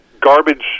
garbage